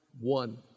one